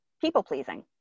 people-pleasing